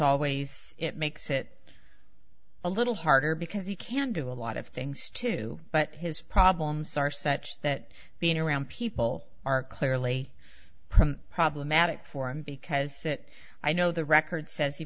it it makes a little harder because he can do a lot of things too but his problems are such that being around people are clearly problematic for him because that i know the record says he